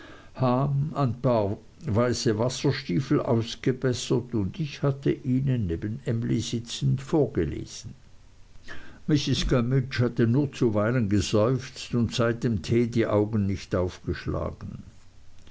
ein paar große wasserstiefel ausgebessert und ich hatte ihnen neben emly sitzend vorgelesen mrs gummidge hatte nur zuweilen geseufzt und seit dem tee die augen nicht aufgeschlagen